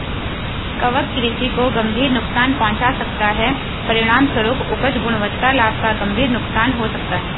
कवक कृषि को गंभीर नुकसान पहुंचा सकता है, परिणामस्वरूप उपज, गुणवत्ता, लाभ का गंभीर नुकसान हो सकता है